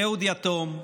אהוד יתום,